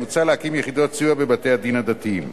מוצע להקים יחידות סיוע בבתי-הדין הדתיים.